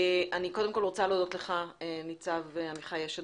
אני קודם כל רוצה להודות לך ניצב עמיחי אשד